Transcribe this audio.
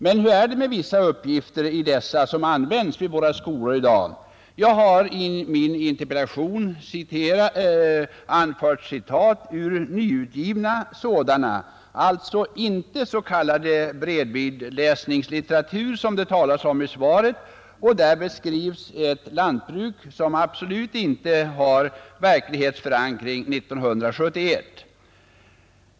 Men hur är det med vissa uppgifter i dessa böcker som används vid våra skolor i dag? Jag har i min interpellation anfört citat ur nyutgivna sådana — alltså inte ur s.k. bredvidläsningslitteratur som det talas om i svaret — och där beskrivs ett lantbruk som absolut inte har verklighetsförankring 1971.